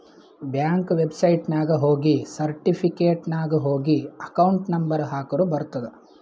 bank ವೆಬ್ಸೈಟ್ನಾಗ ಹೋಗಿ certificate ನಾಗ್ ಹೋಗಿ ಅಕೌಂಟ್ ನಂಬರ್ ಹಾಕುರ ಬರ್ತುದ್